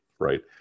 right